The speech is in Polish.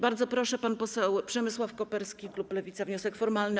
Bardzo proszę, pan poseł Przemysław Koperski, klub Lewica, wniosek formalny.